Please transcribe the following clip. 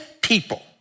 people